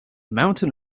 mountain